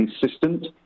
consistent